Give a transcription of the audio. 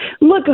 Look